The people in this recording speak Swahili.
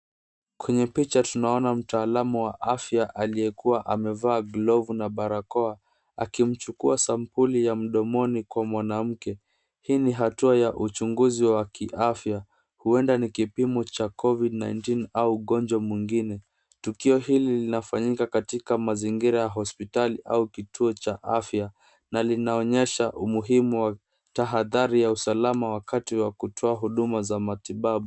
Kwenye picha tunaona mtaalamu wa afya aliyekuwa amevaa glovu na barakoa akimchukua sampuli ya mdomoni kwa mwanamke. Hii ni hatua ya uchunguzi wa kiafya. Huenda ni kipimo cha Covid-19 au ugonjwa mwingine. Tukio hili linafanyika katika mazingira ya hospitali au kituo cha afya na linaonyesha umuhimu wa tahadhari ya usalama wakati wa kutoa huduma za matibabu.